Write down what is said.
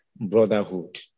brotherhood